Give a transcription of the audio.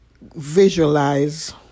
visualize